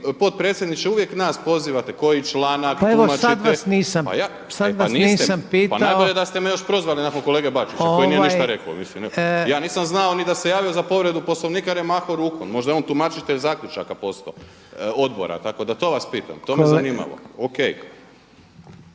sada vas nisam. Sad vas nisam pitao. **Đujić, Saša (SDP)** E pa niste. Pa najbolje da ste me još prozvali nakon kolege Bačića koji nije ništa rekao. Ja nisam znao ni da se javio za povredu Poslovnika jer je mahao rukom. Možda je on tumačitelj zaključaka postao odbora tako da vas to pitam, to me zanimalo. O.k.